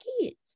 kids